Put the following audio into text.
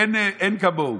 אין כמוהו,